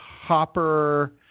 Hopper